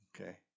okay